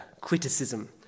criticism